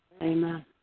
amen